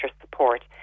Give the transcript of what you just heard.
support